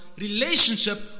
relationship